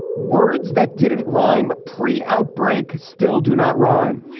words that didn't rhyme pre outbreak still do not rhyme